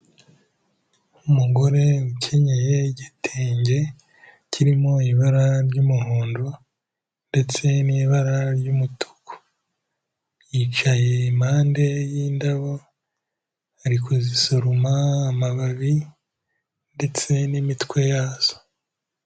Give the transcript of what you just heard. Umugore ukenyeye igitenge kirimo ibara ry'umuhondo ndetse n'ibara ry'umutuku, yicaye impande y'indabo ari ku zisoroma amababi ndetse n'imitwe yazo.